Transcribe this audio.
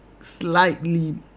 slightly